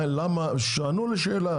שיענו לשאלה.